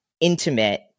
intimate